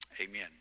Amen